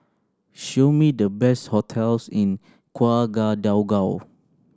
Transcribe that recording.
show me the best hotels in Ouagadougou